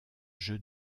jeu